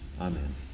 amen